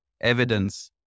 evidence